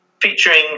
featuring